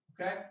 Okay